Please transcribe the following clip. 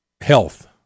health